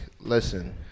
listen